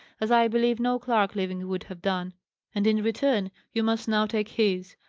as i believe no clerk living would have done and, in return, you must now take his.